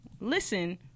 Listen